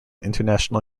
international